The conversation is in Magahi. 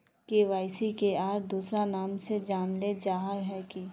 के.वाई.सी के आर दोसरा नाम से जानले जाहा है की?